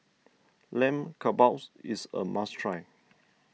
Lamb Kebabs is a must try